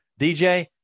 DJ